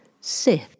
Sith